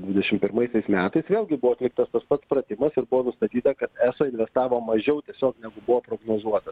dvidešim pirmaisiais metas vėlgi buvo atliktas tas pats pratimas ir buvo nustatyta kad eso investavo mažiau tiesiog negu buvo prognozuota